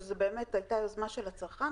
שזו באמת הייתה יוזמה של הצרכן,